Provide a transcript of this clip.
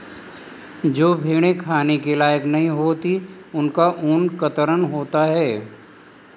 जो भेड़ें खाने के लायक नहीं होती उनका ऊन कतरन होता है